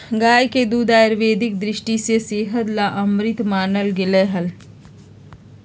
गाय के दूध आयुर्वेद के दृष्टि से सेहत ला अमृत मानल गैले है